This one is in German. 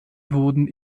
wurden